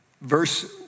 verse